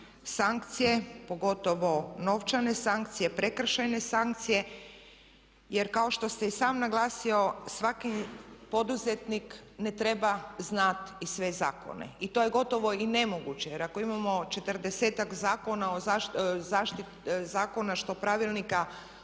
sankcije, pogotovo novčane sankcije, prekršajne sankcije. Jer kao što ste i sam naglasili svaki poduzetnik ne treba znati i sve zakone. I to je gotovo i nemoguće jer ako imamo 40-ak zakona što pravilnika o